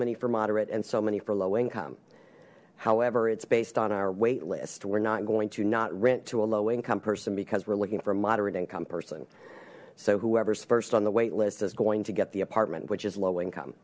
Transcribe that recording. many for moderate and so many for low income however it's based on our wait list we're not going to not rent to a low income person because we're looking for moderate income person so whoever's first on the waitlist is going to get the apartment which is low income